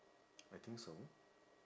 I think so